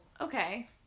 Okay